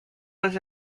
was